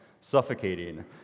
suffocating